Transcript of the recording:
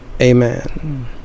Amen